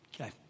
Okay